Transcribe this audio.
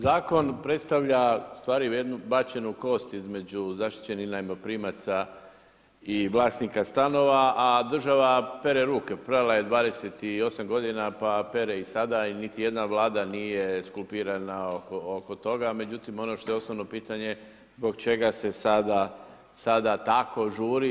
Zakon predstavlja, ustvari jednu bačenu kost između zaštićenih najmoprimaca i vlasnika stanova, a država pere ruke, prala je 28 g. pa pere i sada i niti jedna Vlada nije ekskulpirana oko toga, međutim, ono što je osnovno pitanje, zbog čega se sada tako žuri.